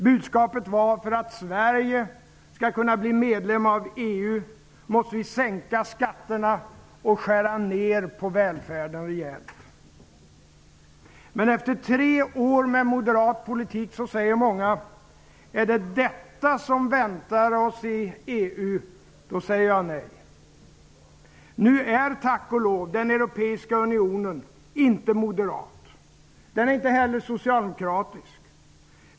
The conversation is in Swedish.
Budskapet var: För att Sverige skall kunna bli medlem i EU måste vi sänka skatterna och skära ned på välfärden rejält. Men efter tre år med moderat politik säger många: Är det detta som väntar oss i EU, då säger jag nej. Nu är, tack och lov, den europeiska Unionen inte moderat. Den är inte heller socialdemokratisk.